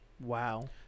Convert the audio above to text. Wow